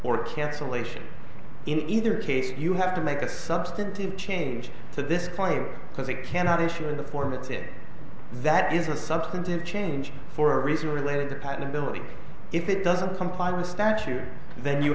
or cancellation in either case you have to make a substantive change so this point because they cannot issue in the form of that is a substantive change for reasons related to patentability if it doesn't comply with statute then you